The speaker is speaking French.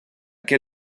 quai